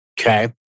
Okay